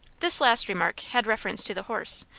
this last remark had reference to the horse,